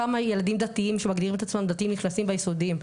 כמה ילדים דתיים שמגדירים את עצמם דתיים נכנסים ביסודיים,